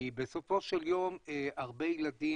כי בסופו של יום הרבה ילדים,